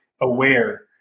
aware